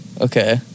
Okay